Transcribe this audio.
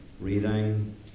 reading